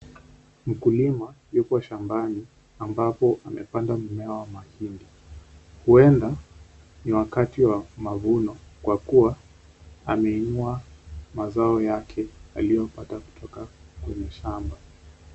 Mkulima yuko shambani ambapo amepanda mmea wa mahindi. Huenda ni wakati wa mavuno kwa kuwa ameinua mazao yake aliyopata kutoka kwenye shamba.